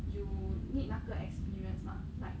you need 那个 experience mah like